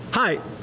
Hi